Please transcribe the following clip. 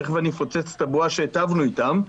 תכף אני אפוצץ את הבועה שהטבנו איתם.